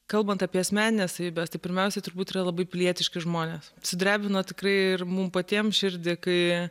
kalbant apie asmenines savybes tai pirmiausia turbūt yra labai pilietiški žmonės sudrebino tikrai ir mum patiem širdį kai